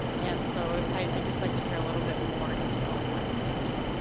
and so i just like to hear a little bit more detail on that. thank you.